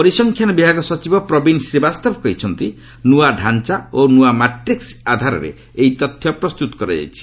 ପରିସଂଖ୍ୟାନ ବିଭାଗ ସଚିବ ପ୍ରବୀନ୍ ଶ୍ରୀବାସ୍ତବ କହିଛନ୍ତି ନୂଆ ଢାଞ୍ଚା ଓ ନୂଆ ମାଟ୍ରିକ୍ ଆଧାରରେ ଏହି ତଥ୍ୟ ପ୍ରସ୍ତୁତ କରାଯାଇଛି